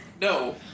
No